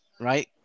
right